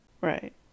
Right